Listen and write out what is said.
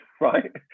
right